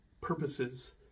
purposes